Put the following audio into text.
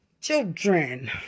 Children